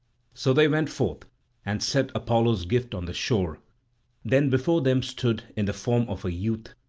so they went forth and set apollo's gift on the shore then before them stood, in the form of a youth,